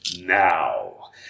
now